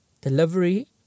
Delivery